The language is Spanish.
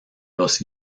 los